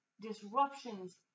disruptions